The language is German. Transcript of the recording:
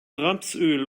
rapsöl